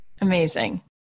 Amazing